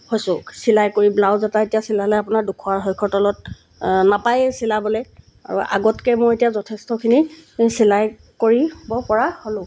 হৈছোঁ চিলাই কৰি ব্লাউজ এটা এতিয়া চিলালে আপোনাৰ দুশ আঢ়ৈশ তলত নাপায়েই চিলাবলৈ আৰু আগতকৈ মই এতিয়া যথেষ্টখিনি চিলাই কৰিব পৰা হ'লোঁ